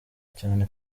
cyane